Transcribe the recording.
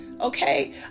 Okay